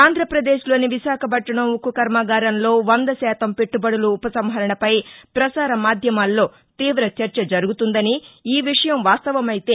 ఆంధ్రప్రదేశ్ లోని విశాఖపట్లణం ఉక్కు కర్మాగారంలో వంద శాతం పెట్లుబడులు ఉపసంహరణపై ప్రసార మాధ్యమాల్లో తీవ చర్చ జరుగుతుందనిఈవిషయం వాస్తవమైతే